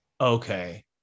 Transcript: Okay